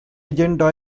agenda